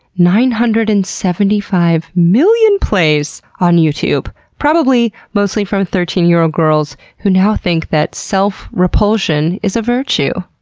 nine hundred and seventy five million plays on youtube. probably mostly from thirteen year old girls who now think that self-repulsion is a virtue.